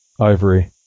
Ivory